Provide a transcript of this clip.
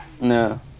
No